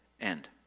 end